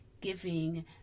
giving